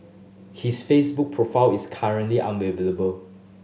his Facebook profile is currently unavailable